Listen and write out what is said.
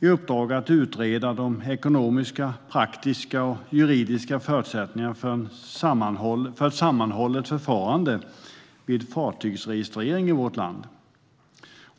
i uppdrag att utreda de ekonomiska, praktiska och juridiska förutsättningarna för ett sammanhållet förfarande vid fartygsregistrering i vårt land.